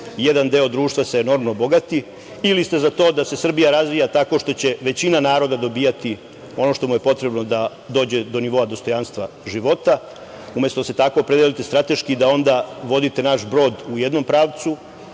jedan deo društva enormno bogati, ili ste za to da se Srbija razvija tako što će većina naroda dobijati ono što mu je potrebno da dođe do nivoa dostojanstva života, umesto da se tako opredelite strateški da onda vodite naš brod u jednom pravcu,